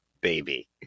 baby